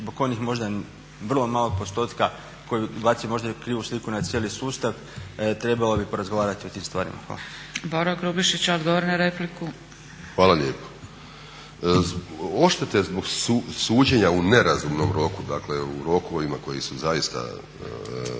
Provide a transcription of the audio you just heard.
zbog onih možda vrlo malog postotka koji baca možda krivu sliku na cijeli sustav trebalo bi porazgovarati o tim stvarima. Hvala. **Zgrebec, Dragica (SDP)** Boro Grubišić, odgovor na repliku. **Grubišić, Boro (HDSSB)** Hvala lijepo. Oštete zbog suđenja u nerazumnom roku, dakle u rokovima koji su zaista